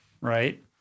Right